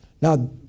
Now